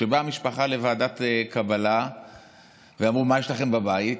שבאה משפחה לוועדת קבלה ואמרו: מה יש לכם בבית?